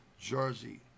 Jersey